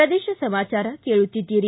ಪ್ರದೇಶ ಸಮಾಚಾರ ಕೇಳುತ್ತಿದ್ದೀರಿ